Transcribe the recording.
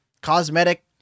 cosmetic